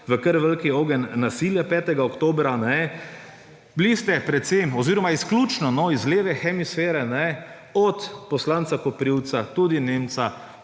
v kar velik ogenj nasilja 5. oktobra. Bili ste izključno iz leve hemisfere, od poslanca Koprivca, tudi Nemca,